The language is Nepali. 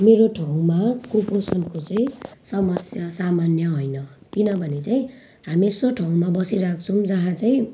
मेरो ठाउँमा कुपोषणको चाहिँ समस्या सामान्य होइन किनभने चाहिँ हामी यस्तो ठाउँमा बसिरहेको छौँ जहाँ चाहिँ